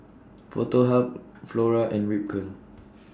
Foto Hub Flora and Ripcurl